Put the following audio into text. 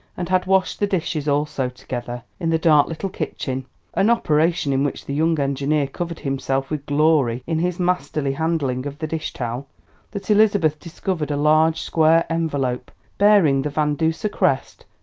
and had washed the dishes, also together, in the dark little kitchen an operation in which the young engineer covered himself with glory in his masterly handling of the dish-towel that elizabeth discovered a large square envelope, bearing the van duser crest,